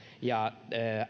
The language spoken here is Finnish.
ja